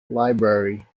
library